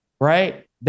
right